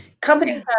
companies